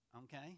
Okay